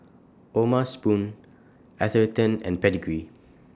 O'ma Spoon Atherton and Pedigree